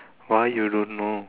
why you don't know